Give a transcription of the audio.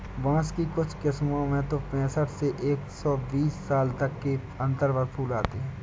बाँस की कुछ किस्मों में तो पैंसठ से एक सौ बीस साल तक के अंतर पर फूल आते हैं